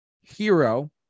Hero